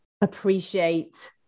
appreciate